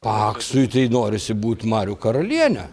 paksui tai norisi būt marių karaliene